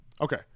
Okay